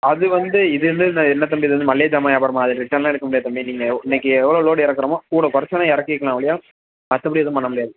அது வந்து இது வந்து இந்த என்ன தம்பி இது வந்து மளிகை ஜாமான் வியாவாரமா அது ரிட்டனெலாம் எடுக்க முடியாது தம்பி நீங்கள் இன்னைக்கு எவ்வளோ லோடு இறக்குறமோ கூட குறைச்சி வேண்ணால் இறக்கிக்கலாம் ஒழிய மற்றபடி ஏதும் பண்ண முடியாது